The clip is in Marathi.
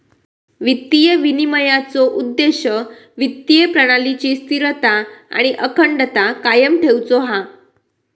वित्तीय विनिमयनाचो उद्देश्य वित्तीय प्रणालीची स्थिरता आणि अखंडता कायम ठेउचो हा